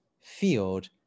field